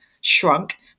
shrunk